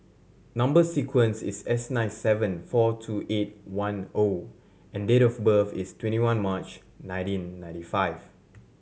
number sequence is S nine seven four two eight one O and date of birth is twenty one March nineteen ninety five